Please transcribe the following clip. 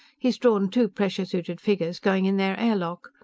he's drawn two pressure-suited figures going in their air lock.